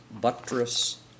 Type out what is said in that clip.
buttress